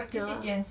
yeah